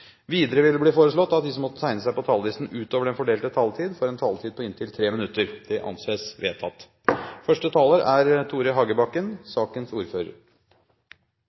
Videre vil det bli foreslått at de som måtte tegne seg på talerlisten utover den fordelte taletid, får en taletid på inntil 3 minutter. – Det anses vedtatt. En samlet komité er